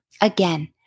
Again